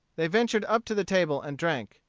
they ventured up to the table and drank.